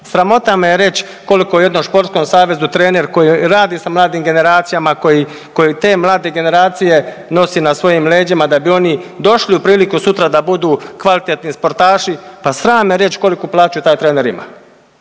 Sramota me je reći koliko u jednom športskom savezu trener koji radi sa mladim generacijama, koji, koji te mlade generacije nosi na svojim leđima da bi oni došli u priliku sutra da budu kvalitetni sportaši, pa sram me reći koliku plaću taj trener ima.